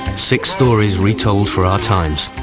six stories retold for our times,